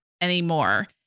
anymore